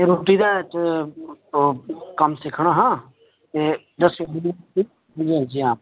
रुट्टी दा इक ओह् कम्म सिक्खना हा एह् दस्सेओ मिगी जी हां